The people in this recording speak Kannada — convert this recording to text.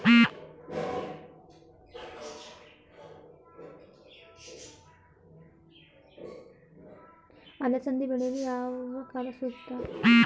ಅಲಸಂದಿ ಬೆಳೆಯಲು ಯಾವ ಕಾಲ ಸೂಕ್ತ?